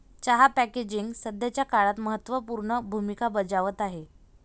चहा पॅकेजिंग सध्याच्या काळात महत्त्व पूर्ण भूमिका बजावत आहे